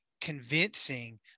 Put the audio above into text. convincing